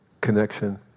Connection